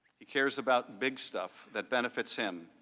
he cares about big stuff that benefits him,